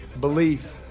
belief